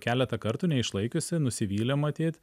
keletą kartų neišlaikiusi nusivylė matyt